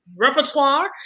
repertoire